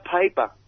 paper